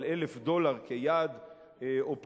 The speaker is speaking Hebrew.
על 1,000 דולר כיעד אופטימלי.